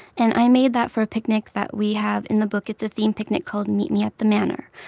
and i made that for a picnic that we have in the book. it's a theme picnic called meet me at the manor.